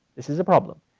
this is a problem.